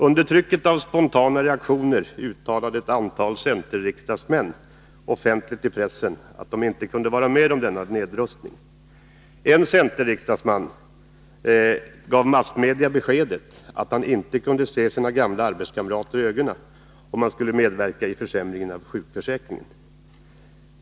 Under trycket av spontana reaktioner uttalade ett antal centerriksdagsmän offentligt i pressen att de inte kunde vara med om denna nedrustning. En centerriksdagsman gav massmedia beskedet att han inte kunde se sina gamla arbetskamrater i ögonen om han skulle medverka i försämringen av sjukförsäkringen.